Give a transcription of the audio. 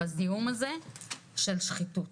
בזיהום הזה של שחיתות